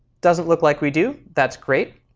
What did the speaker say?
doesn't look like we do. that's great.